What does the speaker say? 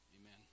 Amen